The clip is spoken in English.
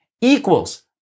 equals